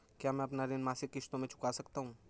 क्या मैं अपना ऋण मासिक किश्तों में चुका सकता हूँ?